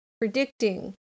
predicting